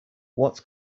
what